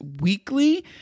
weekly